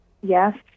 Yes